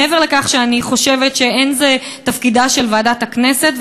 מעבר לכך שאני חושבת שאין זה תפקידה של ועדת הכנסת,